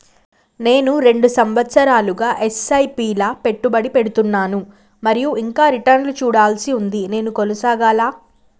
నేను రెండు సంవత్సరాలుగా ల ఎస్.ఐ.పి లా పెట్టుబడి పెడుతున్నాను మరియు ఇంకా రిటర్న్ లు చూడాల్సి ఉంది నేను కొనసాగాలా?